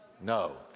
No